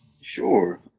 sure